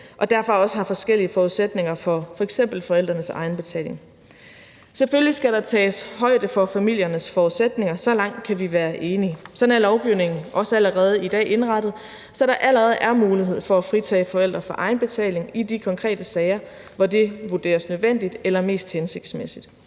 derfor også har forskellige forudsætninger for f.eks. forældrenes egenbetaling. Selvfølgelig skal der tages højde for familiernes forudsætninger – så langt kan vi blive enige. Sådan er lovgivningen også allerede i dag indrettet, så der allerede er mulighed for at fritage forældre for egenbetaling i de konkrete sager, hvor det vurderes nødvendigt eller mest hensigtsmæssigt.